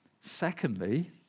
Secondly